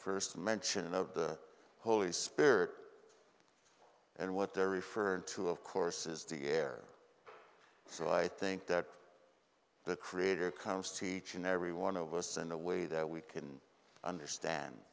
first mention of the holy spirit and what they're referring to of course is the air so i think that the creator comes to each and every one of us in a way that we can understand